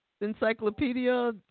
Encyclopedia